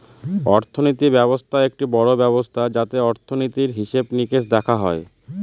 অর্থনীতি ব্যবস্থা একটি বড়ো ব্যবস্থা যাতে অর্থনীতির, হিসেবে নিকেশ দেখা হয়